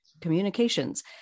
communications